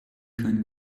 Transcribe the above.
keinen